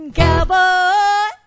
cowboy